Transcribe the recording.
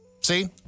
See